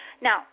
Now